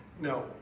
No